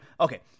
Okay